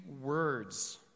words